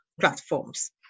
platforms